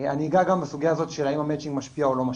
אני אגע גם בסוגיה של האם המצ'ינג משפיע או לא,